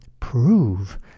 prove